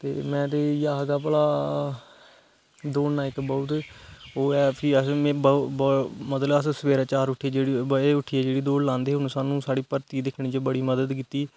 ते में ते इये आक्खगा भला दौड़ना इक बहुत ओह् है फ्ही मतलब बड़ा अस सबेरे चार बजे उट्ठियै बजे उट्ठियै जेहड़ी दौड़ लांदे हे उन्हे साढ़ी भर्ती दिक्खने च बड़ी मदद कीती